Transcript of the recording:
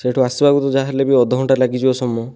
ସେଇଠୁ ଆସିବାକୁ ତ ଯାହାହେଲେ ବି ଅଧଘଣ୍ଟା ଲାଗିଯିବ ସମୟ